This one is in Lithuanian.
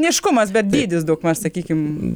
neaiškumas bet dydis daugmaž sakykim